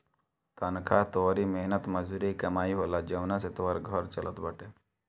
तनखा तोहरी मेहनत मजूरी के कमाई होला जवना से तोहार घर चलत बाटे